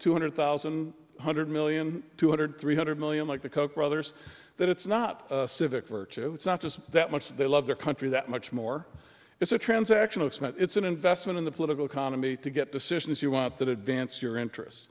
two hundred thousand one hundred million two hundred three hundred million like the koch brothers that it's not civic virtue it's not just that much they love their country that much more it's a transaction it's an investment in the political economy to get decisions you want that advance your